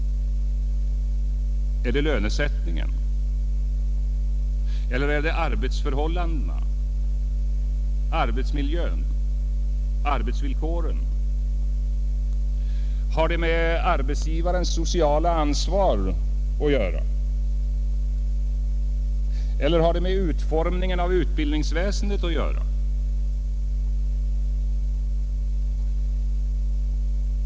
Är det lönesättningen? Eller är det arbetsförhållandena—arbetsmiljön—arbetsvillkoren? Har det med arbetsgivarens sociala ansvar att göra? Är det har det med utformningen av utbildningsväsendet att göra?